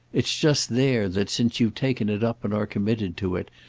it's just there that, since you've taken it up and are committed to it,